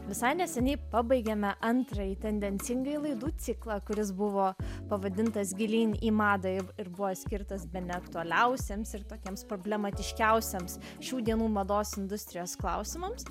visai neseniai pabaigėme antrąjį tendencingai laidų ciklą kuris buvo pavadintas gilyn į madai ir buvo skirtas bene aktualiausioms ir tokioms problematiškiausioms šių dienų mados industrijos klausimams